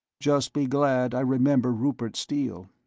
just be glad i remember rupert steele.